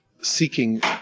seeking